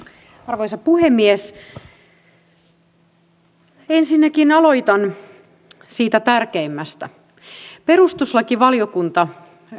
arvoisa puhemies ensinnäkin aloitan siitä tärkeimmästä perustuslakivaliokunta